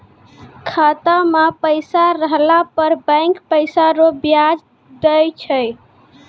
खाता मे पैसा रहला पर बैंक पैसा रो ब्याज दैय छै